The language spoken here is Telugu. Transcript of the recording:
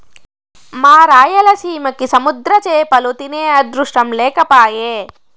మా రాయలసీమకి సముద్ర చేపలు తినే అదృష్టం లేకపాయె